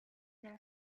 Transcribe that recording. della